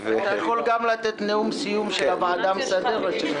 אתה יכול לתת גם נאום סיום של הוועדה המסדרת.